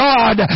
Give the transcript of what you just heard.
God